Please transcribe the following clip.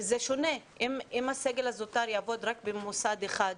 אם הסגל הזוטר יעבוד רק במוסד אחד,